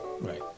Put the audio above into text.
Right